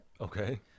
Okay